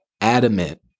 adamant